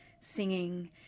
singing